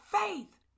faith